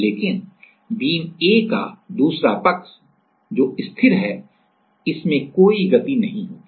लेकिन beam A का दूसरा पक्ष जो स्थिर है हमें कोई गति नहीं होगी